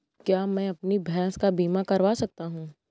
क्या मैं अपनी भैंस का बीमा करवा सकता हूँ?